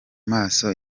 maso